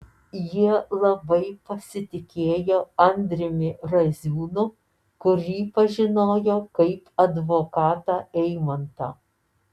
jie labai pasitikėjo andriumi raziūnu kurį pažinojo kaip advokatą eimantą